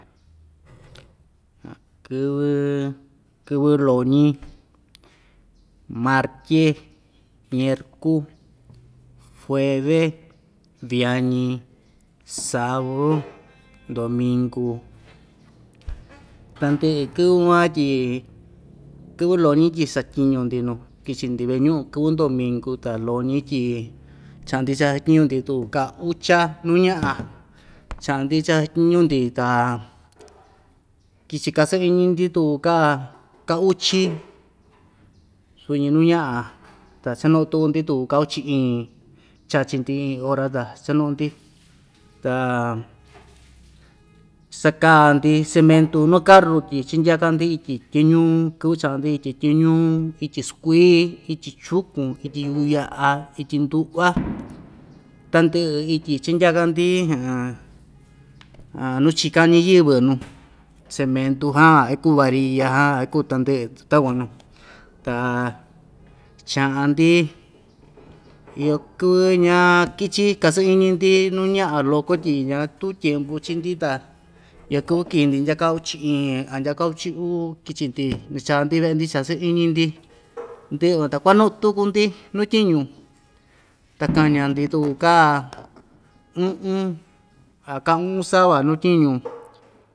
kɨvɨ kɨvɨ loñi martye ñerku fueve viañi sauru ndominku tandɨ'ɨ kɨvɨ van tyi kɨvɨ loñi tyi satyiñu‑ndi nu kichi‑ndi ve'e ñu'un kɨvɨ ndominku ta loñi tyi cha'andi chasatyiñu‑ndi tu ka ucha nu ña'a cha'an‑ndi chasatyiñu‑ndi ta kichi kasɨ iñi‑ndi tu ka uchi suñi nu ña'a ta chanu'u tuku‑ndi tu ka uchi iin chachi‑ndi iin ora ta chanu'un‑ndi ta saka‑ndi cementu nu karu tyi chindyaka‑ndi ityi tyoñuu kɨvɨ cha'an‑ndi ityi tyoñuu ityi skuii ityi chukun ityi yuku ya'a ityi ndu'va tandɨ'ɨ ityi chindyaka‑ndi nu chikan ñiyɨvɨ nu cementu jan iku varia jan iku tandɨ'ɨ takuan nuu ta cha'an‑ndi iyo kɨvɨ ñakichi kasɨ‑iñi‑ndi nu ña'a loko tyi ñatu tyempu chii‑ndi iyo kɨvɨ kii‑ndi ndya ka uchi iin a ndya ka uchi uu kichi‑ndi nacha‑ndi ve'e‑ndi chasɨ‑iñi‑ndi ndɨ'ɨ van ta kuanu'un tuku‑ndi nu tyiñu ta kaña‑ndi tukuu ka u'un a ka u'un sava nu tyiñu.